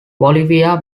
bolivia